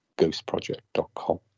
ghostproject.com